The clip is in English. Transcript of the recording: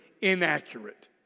inaccurate